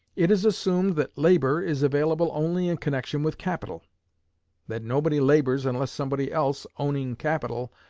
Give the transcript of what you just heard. it is assumed that labor is available only in connection with capital that nobody labors unless somebody else, owning capital,